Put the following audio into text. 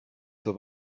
zur